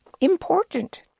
important